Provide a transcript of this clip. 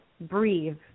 Breathe